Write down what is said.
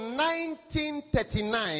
1939